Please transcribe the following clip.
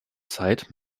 zeit